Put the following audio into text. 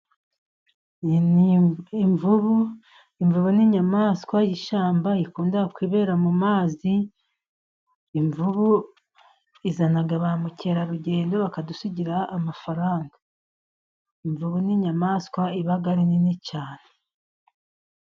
Imvubu, imvubu n'inyamaswa y'ishyamba ikunda kwibera mu mazi, imvubu izana ba mukerarugendo bakadusigira amafaranga, imvubu n'inyamaswa iba ari nini cyane.